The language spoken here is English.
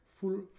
Full